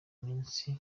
iminsi